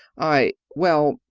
i well,